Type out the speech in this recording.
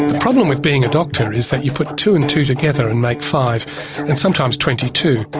problem with being a doctor is that you put two and two together and make five and sometimes twenty two.